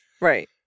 Right